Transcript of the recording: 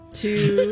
two